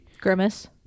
Grimace